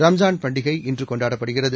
ரம்ஸான் பண்டிகை இன்று கொண்டாடப்படுகிறது